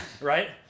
Right